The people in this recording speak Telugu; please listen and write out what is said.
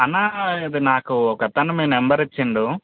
అన్న ఇది నాకు ఒక అతను మీ నంబర్ ఇచ్చిండు